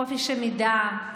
חופש המידע,